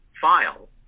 file